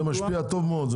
זה משפיע טוב מאוד.